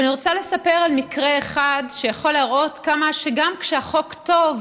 אבל אני רוצה לספר על מקרה אחד שיכול להראות כמה שגם כשהחוק טוב,